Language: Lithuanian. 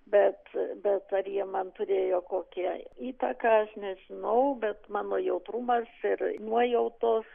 bet bet ar jie man turėjo kokią įtaką aš nežinau bet mano jautrumas ir nuojautos